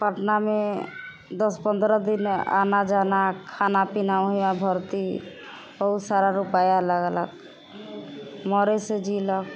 पटनामे दश पन्द्रह दिन आना जाना खाना पीना वहाँ भर्ती बहुत सारा रूपैआ लगलक मरै से जीलक